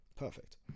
Perfect